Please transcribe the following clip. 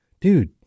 Dude